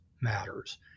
matters